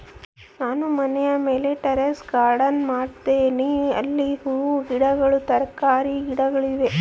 ನಾನು ಮನೆಯ ಮೇಲೆ ಟೆರೇಸ್ ಗಾರ್ಡೆನ್ ಮಾಡಿದ್ದೇನೆ, ಅಲ್ಲಿ ಹೂವಿನ ಗಿಡಗಳು, ತರಕಾರಿಯ ಗಿಡಗಳಿವೆ